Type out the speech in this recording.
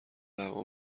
دعوا